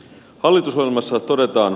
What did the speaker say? hallitusohjelmassa todetaan